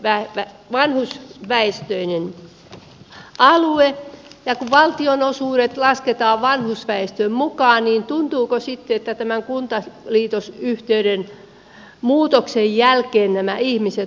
se on vanhusväestöinen alue ja kun valtionosuudet lasketaan vanhusväestön mukaan tuntuuko sitten että tämän kuntaliitosyhteyden muutoksen jälkeen nämä ihmiset nuorentuvat